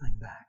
back